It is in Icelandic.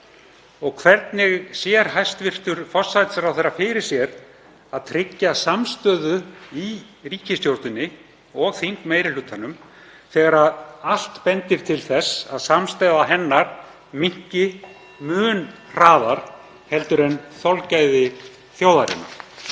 Hvernig sér hæstv. forsætisráðherra fyrir sér að tryggja samstöðu í ríkisstjórninni og þingmeirihlutanum þegar allt bendir til þess að samstaða hennar minnki mun hraðar heldur en þolgæði þjóðarinnar?